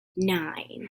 nine